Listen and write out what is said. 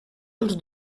dels